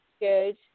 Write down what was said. good